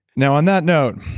now on that note,